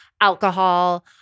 alcohol